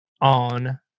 on